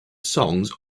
songs